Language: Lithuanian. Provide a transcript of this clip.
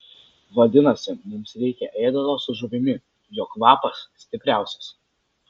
vadinasi mums reikia ėdalo su žuvimi jo kvapas stipriausias